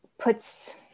puts